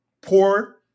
poor